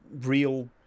real